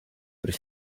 but